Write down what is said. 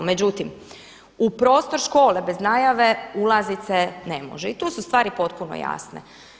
Međutim, u prostor škole bez najave ulazit se ne može i tu su stvari potpuno jasne.